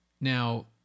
Now